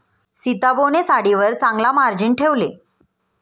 सीताबोने साडीवर चांगला मार्जिन ठेवले